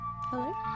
Hello